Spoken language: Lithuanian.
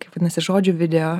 kaip vadinasi žodžiu video